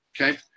Okay